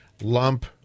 lump